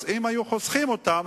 אם היו חוסכים אותם,